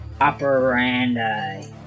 operandi